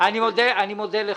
תודה, אני מודה לך.